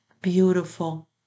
beautiful